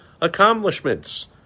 accomplishments